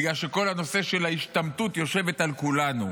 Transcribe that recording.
בגלל שכל הנושא של ההשתמטות יושב על כולנו.